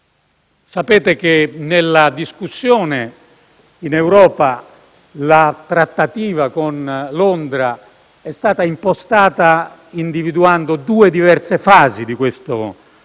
Sapete che nella discussione in Europa la trattativa con Londra è stata impostata individuando due diverse fasi di questo confronto.